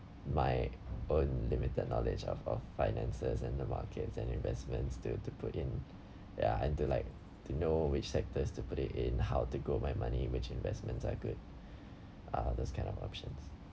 my own limited knowledge of of finances and the markets and investments to to put in ya and to like to know which sectors to put it in how to grow my money which investments are good uh those kind of options